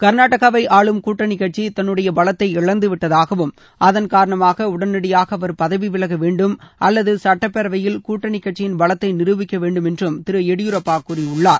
கர்நாடகாவை ஆளும் கூட்டணிக்கட்சி தன்னுடைய பலத்தை இழந்துவிட்டதாகவும் அதன் காரணமாக உடனடியாக அவர் பதவி விலக வேண்டும் அல்லது சட்டப்பேரவையில் கூட்டணி கட்சியின் பலத்தை நிரூபிக்க வேண்டுமு் என்றும் திரு எடியூரப்பா கூறியுள்ளார்